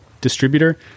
distributor